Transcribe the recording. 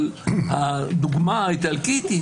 אבל הדוגמה האיטלקית,